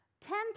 ten